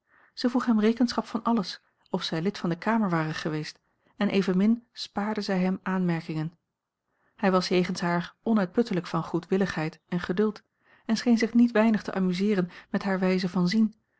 zij vroeg hem rekenschap van alles of zij lid van de kamer ware geweest en evenmin spaarde zij hem aanmerkingen hij was jegens haar onuitputtelijk van goedwilliga l g bosboom-toussaint langs een omweg heid en geduld en scheen zich niet weinig te amuseeren met hare wijze van zien